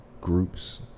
groups